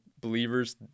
believers